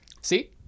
See